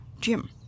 Jim